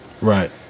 Right